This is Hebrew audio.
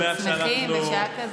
ועוד שמחים בשעה כזאת.